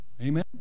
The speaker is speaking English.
Amen